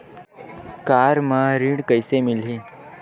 Car म ऋण कइसे मिलही?